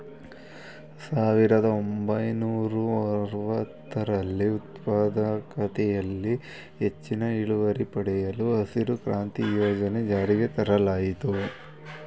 ಸಾವಿರದ ಒಂಬೈನೂರ ಅರವತ್ತರಲ್ಲಿ ಉತ್ಪಾದಕತೆಯಲ್ಲಿ ಹೆಚ್ಚಿನ ಇಳುವರಿ ಪಡೆಯಲು ಹಸಿರು ಕ್ರಾಂತಿ ಯೋಜನೆ ಜಾರಿಗೆ ತರಲಾಯಿತು